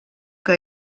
que